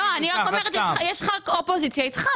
לא, אני רק אומרת שיש לך אופוזיציה איתך.